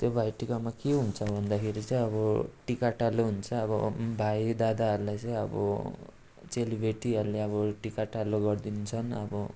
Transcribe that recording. त्यो भाइटिकामा के हुन्छ भन्दाखेरि चाहिँ अब टिकाटालो हुन्छ अब भाइदादाहरूलाई चाहिँ अब चेलीबेटीहरूले अब टिकाटालो गरिदिन्छन् अब